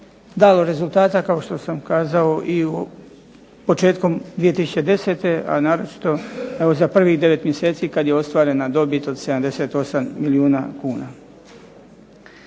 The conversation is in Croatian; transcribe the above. dalo rezultata kao što sam kazao i početkom 2010., a naročito za prvih 9 mjeseci kada je ostvarena dobit od 78 milijuna kuna.